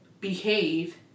behave